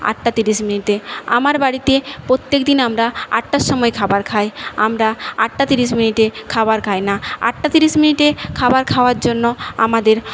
আটটা তিরিশ মিনিটে আমার বাড়িতে প্রত্যেকদিন আমরা আটটার সময় খাবার খাই আমরা আটটা তিরিশ মিনিটে খাবার খাই না আটটা তিরিশ মিনিটে খাবার খাওয়ার জন্য আমাদের